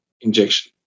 injection